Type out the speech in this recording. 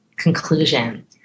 conclusion